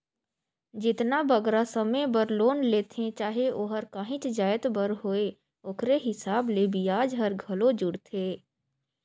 जेतना बगरा समे बर लोन लेथें चाहे ओहर काहींच जाएत बर होए ओकरे हिसाब ले बियाज हर घलो जुड़थे